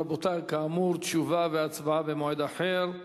רבותי, כאמור, תשובה והצבעה במועד אחר.